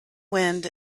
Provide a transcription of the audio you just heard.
wind